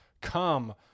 come